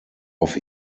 auf